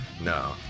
No